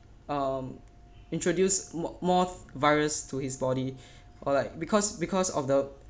um introduce mo~ more virus to his body or like because because of the